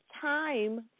time